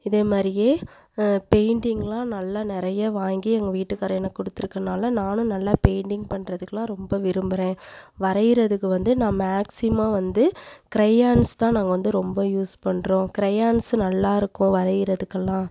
இதே மாதிரியே பெயிண்டிங்கெலாம் நல்லா நிறைய வாங்கி எங்கள் வீட்டுக்காரர் எனக்கு கொடுத்துருக்கனால நானும் நல்லா பெயிண்டிங் பண்றதுக்குயெல்லாம் ரொம்ப விரும்புகிறேன் வரைகிறதுக்கு வந்து நான் மேக்ஸிமம் வந்து கிரேயான்ஸ் தான் நாங்கள் வந்து ரொம்ப யூஸ் பண்றோம் கிரேயான்ஸு நல்லாயிருக்கும் வரைகிறதுக்கெல்லாம்